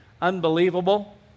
unbelievable